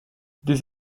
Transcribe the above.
des